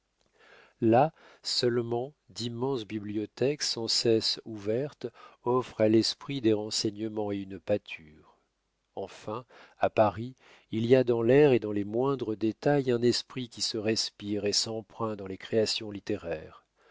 là seulement d'immenses bibliothèques sans cesse ouvertes offrent à l'esprit des renseignements et une pâture enfin à paris il y a dans l'air et dans les moindres détails un esprit qui se respire et s'empreint dans les créations littéraires